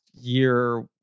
year